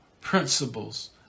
principles